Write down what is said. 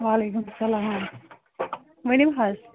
وعلیکُم سلام ؤنِو حظ